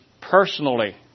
personally